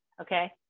Okay